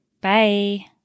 Bye